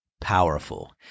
powerful